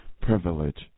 privilege